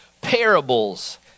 parables